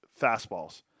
fastballs